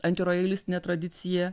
antirojalistionė tradicija